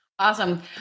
Awesome